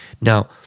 Now